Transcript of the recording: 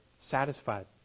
satisfied